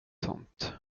sånt